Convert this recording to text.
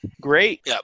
great